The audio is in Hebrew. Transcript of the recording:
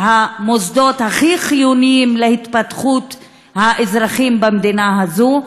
המוסדות הכי חיוניים להתפתחות האזרחים במדינה הזאת.